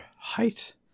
Height